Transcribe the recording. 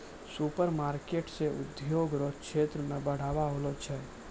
supermarket से उद्योग रो क्षेत्र मे बढ़ाबा होलो छै